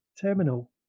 terminal